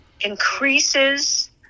increases